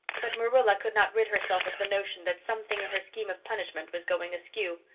but marilla could not rid herself of the notion that something in her scheme of punishment was going askew.